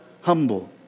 humble